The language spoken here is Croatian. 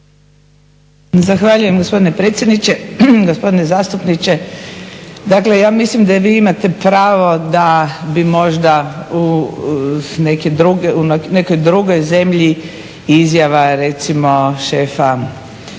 Zahvaljujem gospodine predsjedniče. Gospodine zastupniče, dakle ja mislim da vi imate pravo da bi možda u nekoj drugoj zemlji izjava recimo šefa